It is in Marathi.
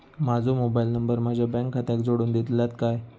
माजो मोबाईल नंबर माझ्या बँक खात्याक जोडून दितल्यात काय?